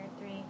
three